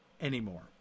anymore